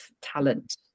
talent